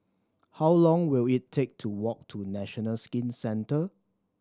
how long will it take to walk to National Skin Centre